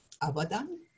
Abadan